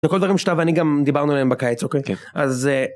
כל דברים שאתה ואני גם דיברנו עליהם בקיץ אוקיי אז.